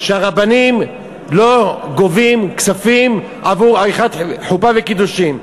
שהרבנים לא גובים כספים עבור עריכת חופה וקידושין.